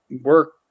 work